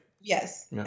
yes